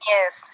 Yes